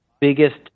biggest